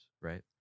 right